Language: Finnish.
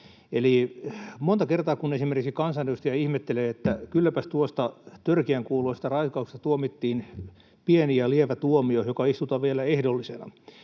Monta kertaa, kun esimerkiksi kansanedustaja ihmettelee, että kylläpäs tuosta törkeän kuuloisesta raiskauksesta tuomittiin pieni ja lievä tuomio, joka istutaan vielä ehdollisena,